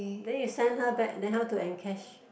then you send her back then how to en cash